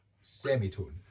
semitone